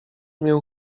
mię